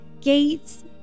gates